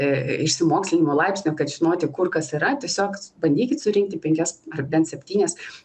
išsimokslinimo laipsnio kad žinoti kur kas yra tiesiog bandykit surinkti penkias ar bent septynias